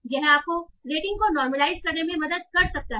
यह आपको रेटिंग को नॉर्मलआईज करने में मदद कर सकता है